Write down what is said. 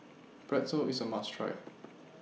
Pretzel IS A must Try